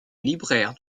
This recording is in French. libraire